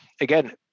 again